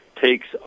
takes